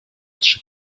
trzy